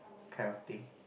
kind of thing